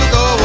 go